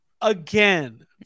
again